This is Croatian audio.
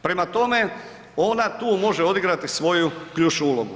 Prema tome, ona tu može odigrati svoju ključnu ulogu.